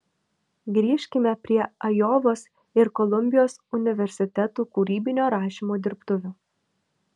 grįžkime prie ajovos ir kolumbijos universitetų kūrybinio rašymo dirbtuvių